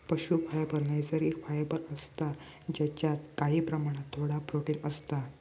पशू फायबर नैसर्गिक फायबर असता जेच्यात काही प्रमाणात थोडा प्रोटिन असता